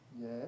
Yes